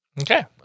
Okay